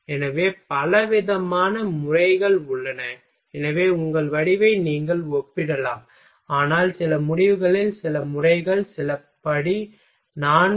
எனவே பலவிதமான முறைகள் உள்ளன எனவே உங்கள் முடிவை நீங்கள் ஒப்பிடலாம் ஆனால் சில முடிவுகளில் சில முறைகள் சில படி நான்கு